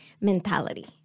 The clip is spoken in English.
mentality